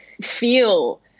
feel